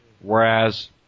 whereas